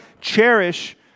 cherish